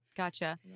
Gotcha